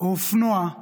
או אופנוע,